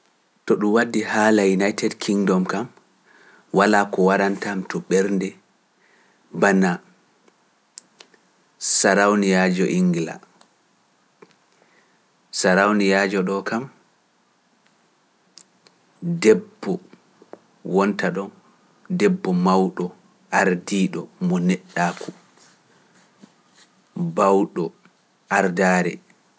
To ɗum waɗdi haala yi nayi Ted Kingdom kam, walaa ko waɗantam to ɓernde banaa. Sarawna yaajo ingla. Sarawna yaajo ɗo kam debbo wonta ɗo, debbo mawɗo ardiiɗo mo neɗɗaaku, bawɗo ardaare.